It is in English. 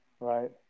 Right